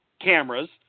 cameras